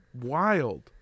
wild